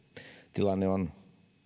tilanne on